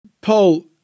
Paul